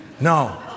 No